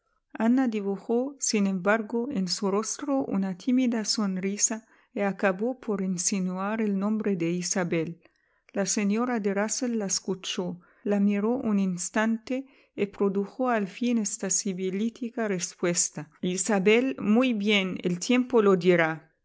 ana dibujó sin embargo en su rostro una tímida sonrisa y acabó por insinuar el nombre de isabel la señora de rusell la escuchó la miró un instante y produjo al fin esta sibilítica respuesta isabel muy bien el tiempo lo dirá